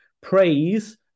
praise